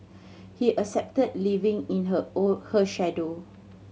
he accepted living in her our her shadow